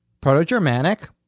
Proto-Germanic